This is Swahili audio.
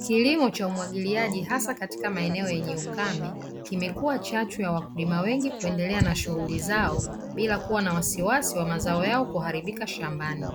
Kilimo cha umwagiliaji hasa katika maeneo yenye ukame, kimekuwa chachu ya wakulima wengi kuendelea na shughuli zao bila kuwa na wasiwasi wa mazao yao kuharibika shambani.